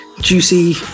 juicy